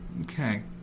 Okay